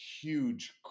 huge